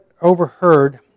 overheard